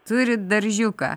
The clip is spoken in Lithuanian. turit daržiuką